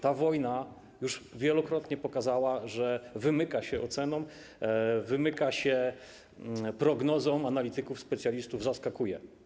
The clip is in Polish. Ta wojna już wielokrotnie pokazała, że wymyka się ocenom, wymyka się prognozom analityków, specjalistów zaskakuje.